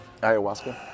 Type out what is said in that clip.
Ayahuasca